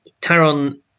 Taron